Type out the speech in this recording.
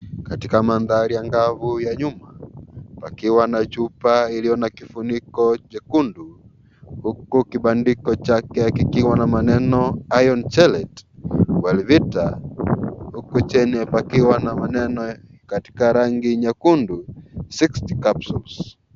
Katika mandhari angavu ya nyuma pakiwa na chupa iliyo na kifuniko jekundu huku kibandiko chake kikiwa na maneno IRON CHELATE Wellvita huku chini pakiwa na maneno katika rangi nyekundu 60 Capsules .